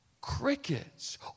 crickets